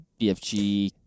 BFG